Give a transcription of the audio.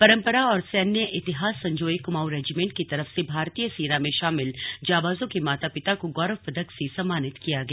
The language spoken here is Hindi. परंपरा और सैन्य इतिहास संजोए कुमाऊं रेजीमेंट की तरफ से भारतीय सेना में शामिल जांबाजों के माता पिता को गौरव पदक से सम्मानित किया गया